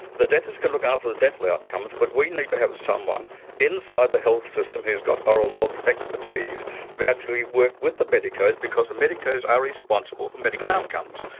the dentists can look after the dental outcomes, but we need to have someone inside the health system who's got oral health expertise to but actually work with the medicos because the medicos are responsible for medical outcomes.